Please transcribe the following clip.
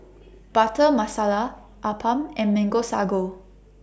Butter Masala Appam and Mango Sago